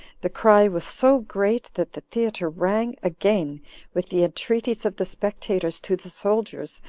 the cry was so great, that the theater rang again with the entreaties of the spectators to the soldiers,